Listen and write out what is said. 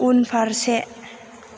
उनफारसे